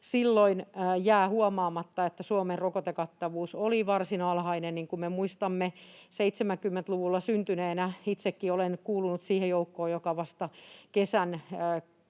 Silloin jää huomaamatta, että Suomen rokotekattavuus oli varsin alhainen, niin kuin me muistamme. 70-luvulla syntyneenä itsekin olen kuulunut siihen joukkoon, joka vasta keskikesän